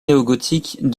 néogothique